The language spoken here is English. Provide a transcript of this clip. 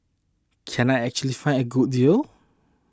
can I actually find a good deal